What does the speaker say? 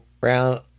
round